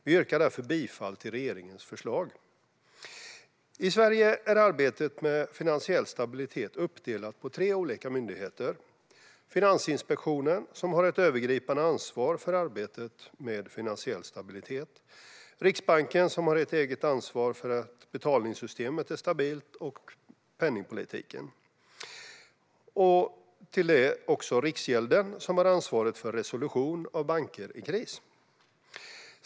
Vi yrkar därför bifall till regeringens förslag. I Sverige är arbetet med finansiell stabilitet uppdelat på tre olika myndigheter: Finansinspektionen, som har ett övergripande ansvar för arbetet med finansiell stabilitet, Riksbanken, som har ett eget ansvar för att betalningssystemet är stabilt och ett ansvar för penningpolitiken, och Riksgälden, som har ansvaret för resolution av banker i kris.